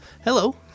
Hello